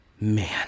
Man